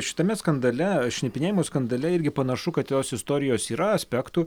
šitame skandale šnipinėjimo skandale irgi panašu kad tos istorijos yra aspektų